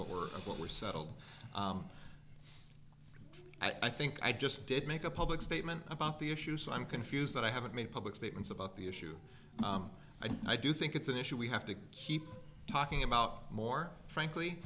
what we're what we're so i think i just did make a public statement about the issue so i'm confused that i haven't made public statements about the issue and i do think it's an issue we have to keep talking about more